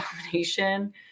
domination